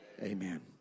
amen